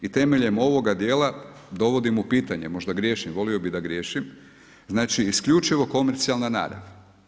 I temeljem ovoga dijela dovodim u pitanje, možda griješim, volio bi da griješim, znači isključivo komercijalna narav.